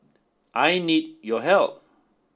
I need your help